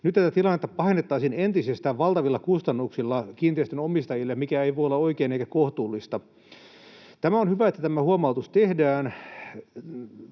Nyt tätä tilannetta pahennettaisiin entisestään valtavilla kustannuksilla kiinteistönomistajille, mikä ei voi olla oikein eikä kohtuullista. On hyvä, että tämä huomautus tehdään.